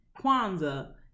Kwanzaa